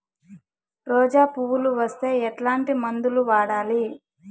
రోజా పువ్వులు వస్తే ఎట్లాంటి మందులు వాడాలి?